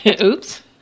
Oops